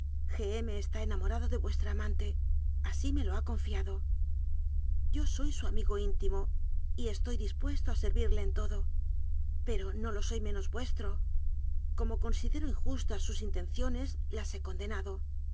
está enamorado de vuestra aman te así me lo ha confiado yo soy su amigo íntimo y estoy dispuesto a servirle en todo pero no lo soy menos vuestro como considero injustas sus intenciones las he condenado